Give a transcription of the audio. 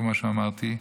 כמו שאמרתי,